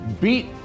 beat